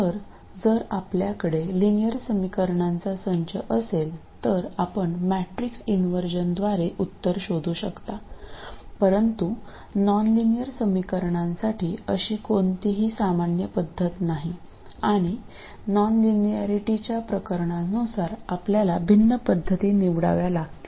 तर जर आपल्याकडे लिनियर समीकरणांचा संच असेल तर आपण मॅट्रिक्स इन्वर्जनद्वारे उत्तर शोधू शकता परंतु नॉनलिनियर समीकरणांसाठी अशी कोणतीही सामान्य पद्धत नाही आणि नॉनलिनॅरिटीच्या प्रकारानुसार आपल्याला भिन्न पद्धती निवडाव्या लागतील